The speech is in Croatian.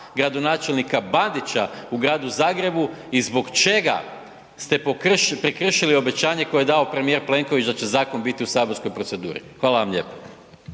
gradonačelnika Bandića u Gradu Zagrebu? I zbog čega ste prekršili obećanje koje je dao premijer Plenković da će zakon biti u saborskoj proceduri? Hvala vam lijepo.